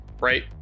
right